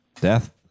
Death